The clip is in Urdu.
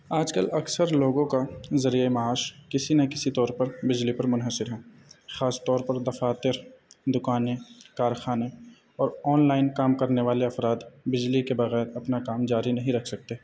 آج کل اکثر لوگوں کا ذریعہ معاش کسی نہ کسی طور پر بجلی پر منحصر ہیں خاص طور پر دفاتر دکانیں کارخانے اور آنلائن کام کرنے والے افراد بجلی کے بغیر اپنا کام جاری نہیں رکھ سکتے